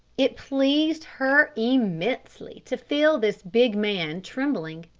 it pleased her immensely to feel this big man trembling.